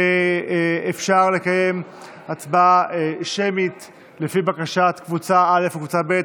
אפשר לקיים הצבעה שמית לפי בקשת קבוצה א' וקבוצה ב',